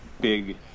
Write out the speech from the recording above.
big